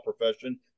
profession